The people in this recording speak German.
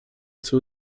zur